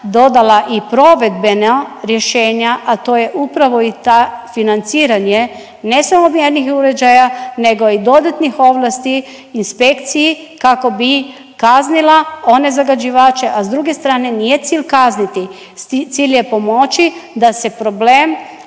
dodala i provedbena rješenja, a to je upravo i ta financiranje ne samo mjernih uređaja nego i dodatnih ovlasti inspekciji kako bi kaznila one zagađivače, a s druge strane nije cilj kazniti cilj je pomoći da se problem